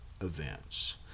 events